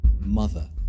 mother